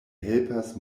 helpas